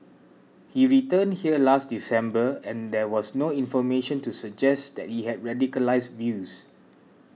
he returned here last December and there was no information to suggest that he had radicalised views